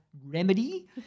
remedy